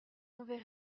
verrait